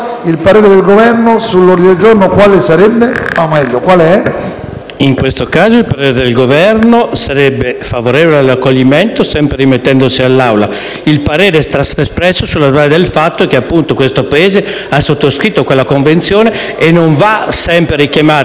in questo caso il parere del Governo sarebbe favorevole all'accoglimento, sempre rimettendosi all'Assemblea. Il parere precedente è stato espresso sulla base del fatto che questo Paese ha sottoscritto quella Convenzione, che non va sempre richiamata, perché se ogni volta richiamassimo le convenzioni sottoscritte, i testi